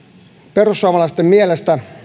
perussuomalaisten mielestä